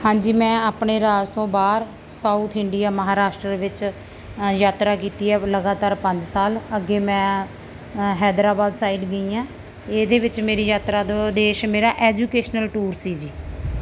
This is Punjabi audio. ਹਾਂਜੀ ਮੈਂ ਆਪਣੇ ਰਾਜ ਤੋਂ ਬਾਹਰ ਸਾਊਥ ਇੰਡੀਆ ਮਹਾਰਾਸ਼ਟਰ ਵਿੱਚ ਯਾਤਰਾ ਕੀਤੀ ਹੈ ਲਗਾਤਾਰ ਪੰਜ ਸਾਲ ਅੱਗੇ ਮੈਂ ਹੈਦਰਾਬਾਦ ਸਾਈਡ ਗਈ ਹਾਂ ਇਹਦੇ ਵਿੱਚ ਮੇਰੀ ਯਾਤਰਾ ਦਾ ਉਦੇਸ਼ ਮੇਰਾ ਐਜੂਕੇਸ਼ਨਲ ਟੂਰ ਸੀ ਜੀ